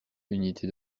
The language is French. unité